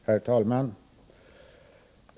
Herr talman!